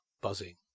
buzzing